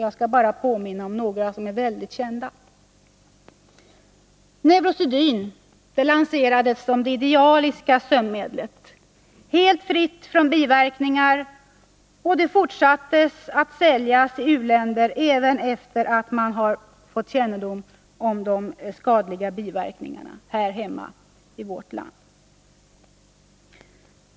Jag skall här bara påminna om några mycket kända. Neurosedyn lanserades som det idealiska sömnmedlet, helt fritt från biverkningar, och man fortsatte att sälja det i u-länderna även efter det att de allvarliga biverkningarna blev kända här hemma i vårt land.